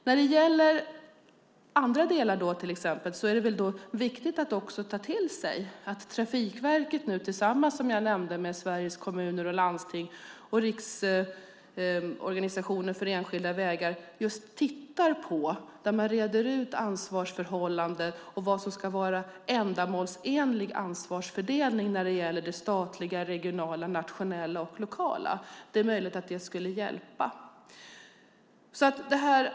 När det gäller andra delar är det viktigt att också ta till sig att Trafikverket, som jag nämnde, tillsammans med Sveriges Kommuner och Landsting och Riksförbundet Enskilda Vägar just reder ut ansvarsförhållanden och vad som ska vara ändamålsenlig ansvarsfördelning när det gäller det statliga, regionala, nationella och lokala. Det är möjligt att det skulle hjälpa.